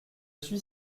suis